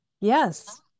Yes